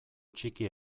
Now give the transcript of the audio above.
txiki